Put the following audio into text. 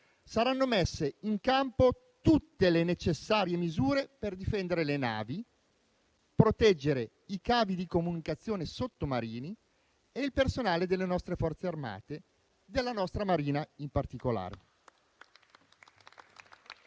Saranno messe in campo tutte le necessarie misure per difendere le navi, proteggere i cavi di comunicazione sottomarini e il personale delle nostre Forze armate, della nostra Marina in particolare.